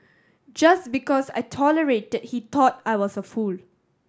just because I tolerated he thought I was a fool